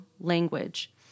language